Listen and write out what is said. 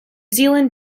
zealand